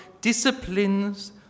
disciplines